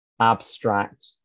abstract